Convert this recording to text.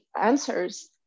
answers